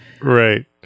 Right